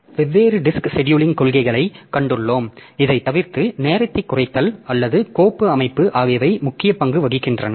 வெவ்வேறு disk scheduling கொள்கைகளை கண்டுள்ளோம் இதைத் தவிர்த்து நேரத்தைக் குறைத்தல் அல்லது கோப்பு அமைப்பு ஆகியவை முக்கிய பங்கு வகிக்கின்றன